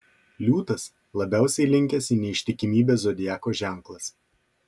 liūtas labiausiai linkęs į neištikimybę zodiako ženklas